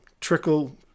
Trickle